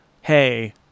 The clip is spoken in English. Hey